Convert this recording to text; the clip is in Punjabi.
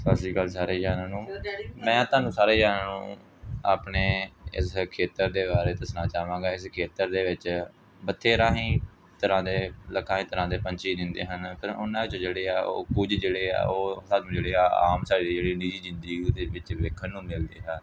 ਸਤਿ ਸ਼੍ਰੀ ਅਕਾਲ ਸਾਰੇ ਜਣਿਆਂ ਨੂੰ ਮੈਂ ਤੁਹਾਨੂੰ ਸਾਰੇ ਜਣਿਆਂ ਨੂੰ ਆਪਣੇ ਇਸ ਖੇਤਰ ਦੇ ਬਾਰੇ ਦੱਸਣਾ ਚਾਹਾਂਗਾ ਇਸ ਖੇਤਰ ਦੇ ਵਿੱਚ ਬਥੇਰਾ ਹੀ ਤਰ੍ਹਾਂ ਦੇ ਲੱਖਾਂ ਹੀ ਤਰ੍ਹਾਂ ਦੇ ਪੰਛੀ ਰਹਿੰਦੇ ਹਨ ਫੇਰ ਉਹਨਾਂ ਵਿੱਚ ਜਿਹੜੇ ਆ ਉਹ ਕੁਝ ਜਿਹੜੇ ਆ ਉਹ ਸਾਨੂੰ ਜਿਹੜੇ ਆ ਆਮ ਸਾਡੀ ਜਿਹੜੀ ਨਿੱਜੀ ਜ਼ਿੰਦਗੀ ਉਹਦੇ ਵਿੱਚ ਵੇਖਣ ਨੂੰ ਮਿਲਦੇ ਆ